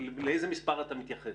לאיזה מספר אתה מתייחס?